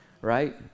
right